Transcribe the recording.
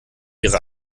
ihre